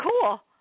cool